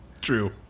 True